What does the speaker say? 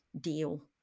deal